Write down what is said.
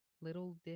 Little